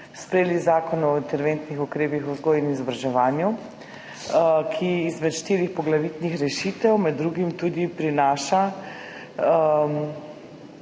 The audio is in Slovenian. sprejeli Zakon o interventnih ukrepih o vzgoji in izobraževanju, ki izmed štirih poglavitnih rešitev med drugim tudi prinaša